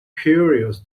curious